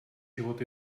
život